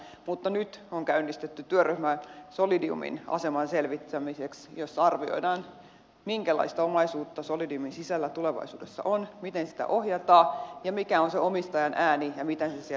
mutta nyt on käynnistetty solidiumin aseman selvittämiseksi työryhmä jossa arvioidaan minkälaista omaisuutta solidiumin sisällä tulevaisuudessa on miten sitä ohjataan ja mikä on se omistajan ääni ja miten se siellä kuuluu